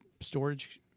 storage